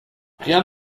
rien